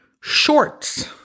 shorts